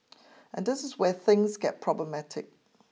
and this is where things get problematic